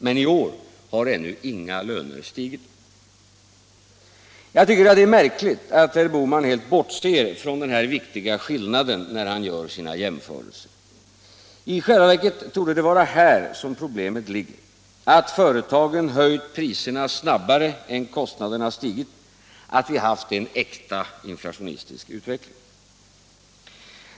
Men i år har ännu inga löner stigit. Jag tycker det är märkligt att herr Bohman helt bortser från denna viktiga skillnad när han gör sina jämförelser. I själva verket torde det vara här som problemet ligger: att företagen höjt priserna snabbare än kostnaderna stigit; att vi haft en äkta inflationistisk utveckling.